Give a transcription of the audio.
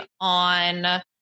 on